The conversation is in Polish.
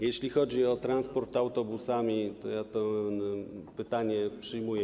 Jeśli chodzi o transport autobusami, to ja to pytanie przyjmuję.